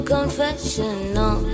Confessional